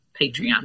patreon